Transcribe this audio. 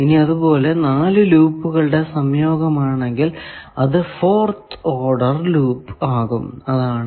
ഇനി അതുപോലെ 4 ലൂപ്പുകളുടെ സംയോഗമാണെങ്കിൽ അത് ഫോർത് ഓർഡർ ലൂപ്പ് ആകും അതാണ്